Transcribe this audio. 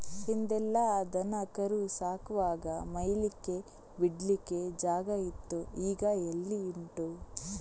ಹಿಂದೆಲ್ಲ ದನ ಕರು ಸಾಕುವಾಗ ಮೇಯ್ಲಿಕ್ಕೆ ಬಿಡ್ಲಿಕ್ಕೆ ಜಾಗ ಇತ್ತು ಈಗ ಎಲ್ಲಿ ಉಂಟು